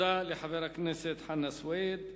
תודה לחבר הכנסת חנא סוייד.